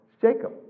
Jacob